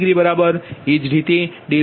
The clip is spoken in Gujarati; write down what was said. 86 0